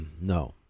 No